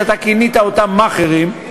שאתה כינית אותם מאכערים.